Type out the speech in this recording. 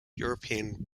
european